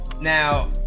now